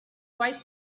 quite